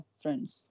friends